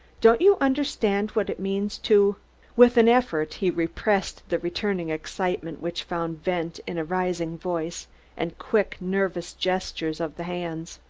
don't you understand what it means to with an effort he repressed the returning excitement which found vent in a rising voice and quick, nervous gestures of the hands.